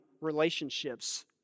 relationships